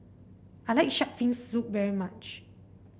I like shark fin soup very much